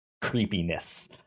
creepiness